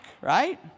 Right